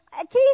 Keith